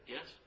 Yes